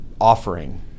offering